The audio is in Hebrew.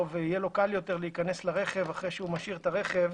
ויהיה לו קל יותר להיכנס לרכב אחרי שהוא משאיר את הרכב,